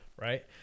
right